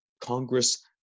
Congress